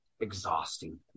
Exhausting